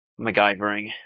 MacGyvering